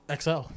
XL